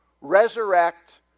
resurrect